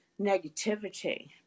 negativity